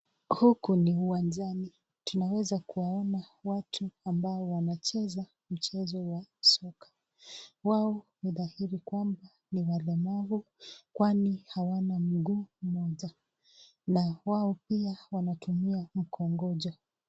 Huku ni kiwanjani tunaweza kuwaona watu ambao wanacheza mchezo wa soka wao ni dahiri kwamba ni walemavu kwani hawana mguu mmoja na wao pia wanatumia mgongojo.